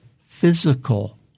physical